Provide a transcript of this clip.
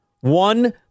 one